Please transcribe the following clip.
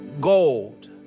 gold